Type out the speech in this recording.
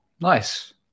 Nice